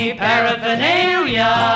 paraphernalia